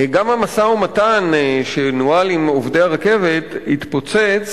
גם המשא-ומתן שנוהל עם עובדי הרכבת התפוצץ